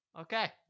okay